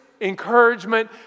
encouragement